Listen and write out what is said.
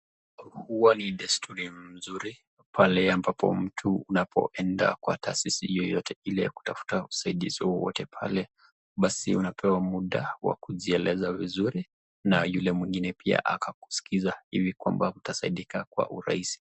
Huwa ni desturi mzuri pale mtu unapoenda kwa taasisi yoyote ile kutafuta usaidizi wowote pale basi unapewa muda wa kujieleza vizuri na yule mwingine pia akakuskiza hivi kwamba utasaidika kwa urahisi.